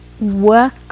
work